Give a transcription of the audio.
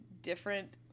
different